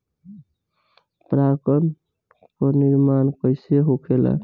पराग कण क निर्माण कइसे होखेला?